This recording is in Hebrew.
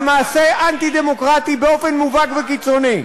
זה מעשה אנטי-דמוקרטי באופן מובהק וקיצוני.